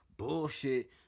bullshit